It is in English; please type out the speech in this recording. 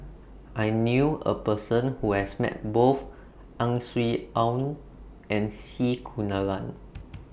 I knew A Person Who has Met Both Ang Swee Aun and C Kunalan